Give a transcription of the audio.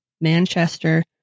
Manchester